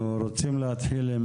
אנחנו רוצים להתחיל עם